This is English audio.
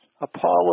Apollo